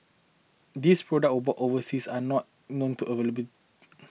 these products were bought overseas and are not known to available